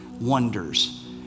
wonders